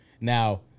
Now